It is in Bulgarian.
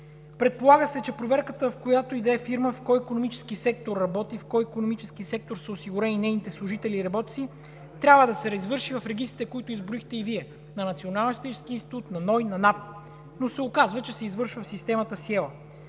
Предполага се, че проверката в която и да е фирма в кой икономически сектор работи, в кой икономически сектор са осигурени нейните служители и работници, трябва да се извърши в регистрите, които изброихте и Вие – на Националния статистически институт, на НОИ и на НАП. Но се оказва, че се извършва в системата